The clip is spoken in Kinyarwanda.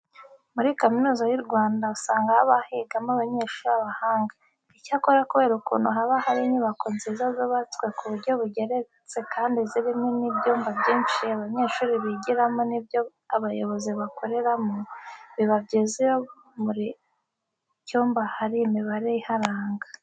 Muri Kaminuza y'u Rwanda usanga haba higamo abanyeshuri b'abahanga. Icyakora kubera ukuntu haba hari inyubako nziza zubatswe ku buryo bugeretse kandi zirimo n'ibyumba byinshi abanyeshuri bigiramo n'ibyo abayobozi bakoreramo, biba byiza iyo muri buri cyumba hari imibare iharanga.